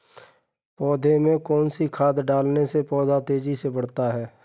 पौधे में कौन सी खाद डालने से पौधा तेजी से बढ़ता है?